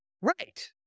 Right